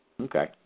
Okay